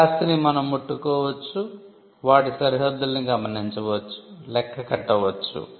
స్థిరాస్తిని మనం ముట్టుకోవచ్చు వాటి సరిహద్దుల్ని గమనించవచ్చు లెక్క కట్టవచ్చు